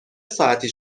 ساعتی